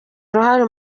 uruhare